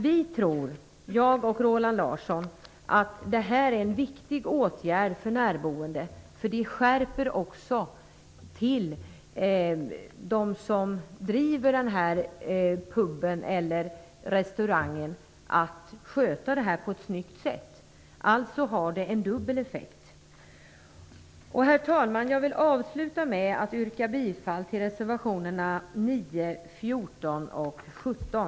Vi tror, jag och Roland Larsson, att detta är en viktig åtgärd för de närboende. Det gör att de som driver puben eller restaurangen skärper sig och sköter det hela på ett snyggt sätt. Alltså har det en dubbel effekt. Herr talman! Jag vill avsluta med att yrka bifall till reservationerna 9, 14 och 17.